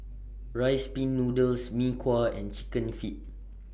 Rice Pin Noodles Mee Kuah and Chicken Feet